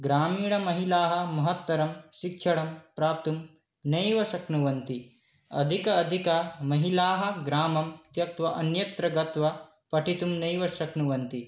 ग्रामीणमहिलाः महत्तरं शिक्षणं प्राप्तुं नैव शक्नुवन्ति अधिकाधिकाः महिलाः ग्रामं त्यक्त्वा अन्यत्र गत्वा पठितुं नैव शक्नुवन्ति